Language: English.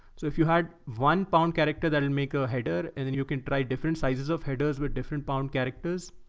so if you had one pound character that would and make a header, and then you can try different sizes of headers with different pound characters.